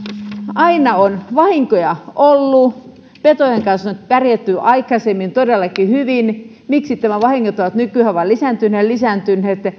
aina on vahinkoja ollut petojen kanssa on todellakin pärjätty aikaisemmin hyvin miksi nämä vahingot ovat nykyään vain lisääntyneet ja lisääntyneet